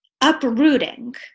uprooting